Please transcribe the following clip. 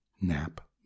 Nap